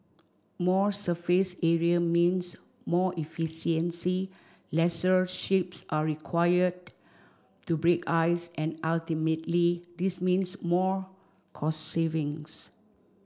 more surface area means more efficiency lesser ships are required to break ice and ultimately this means more cost savings